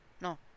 no